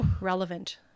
relevant